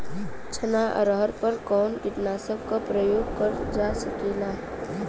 चना अरहर पर कवन कीटनाशक क प्रयोग कर जा सकेला?